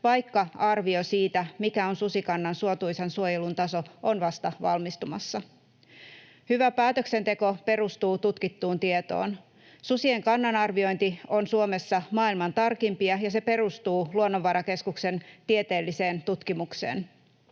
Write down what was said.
vaikka arvio siitä, mikä on susikannan suotuisan suojelun taso, on vasta valmistumassa. Hyvä päätöksenteko perustuu tutkittuun tietoon. Susien kannanarviointi on Suomessa maailman tarkimpia, ja se perustuu Luonnonvarakeskuksen tieteelliseen tutkimukseen.